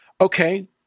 okay